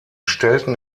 stellten